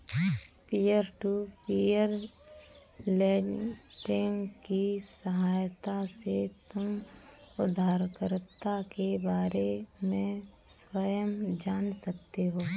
peer to peer lending की सहायता से तुम उधारकर्ता के बारे में स्वयं जान सकते हो